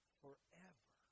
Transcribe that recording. forever